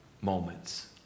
moments